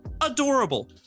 adorable